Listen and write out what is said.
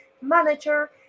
manager